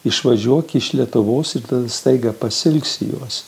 išvažiuok iš lietuvos ir staiga pasiilgsi jos